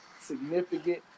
significant